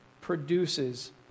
produces